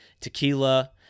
tequila